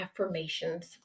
affirmations